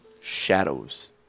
shadows